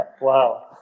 Wow